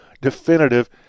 definitive